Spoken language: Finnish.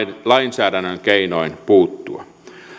lainsäädännön keinoin puuttua